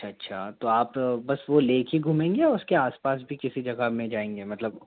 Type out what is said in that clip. अच्छा तो आप बस वो लेके घूमेंगे और उसके आस पास भी किसी जगह में जाएंगे मतलब